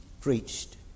preached